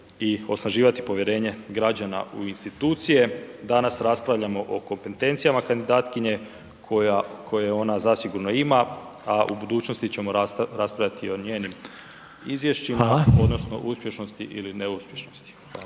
i osnaživati povjerenje građana u institucije, danas raspravljamo o kompetencijama kandidatkinje koje ona zasigurno ima, a u budućnosti ćemo raspravljati o njenim izvješćima odnosno uspješnosti ili neuspješnosti.